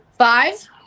Five